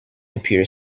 computer